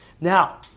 Now